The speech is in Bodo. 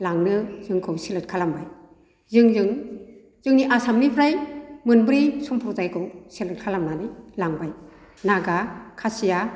लांनो जोंखौ सेलेक्ट खालामबाय जोंजों जोंनि आसामनिफ्राय मोनब्रै सम्फ्रदायखौ सेलेक्ट खालामनानै लांबाय नागा खासिया